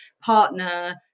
partner